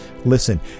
Listen